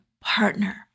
partner